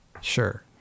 Sure